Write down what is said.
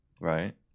Right